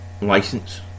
license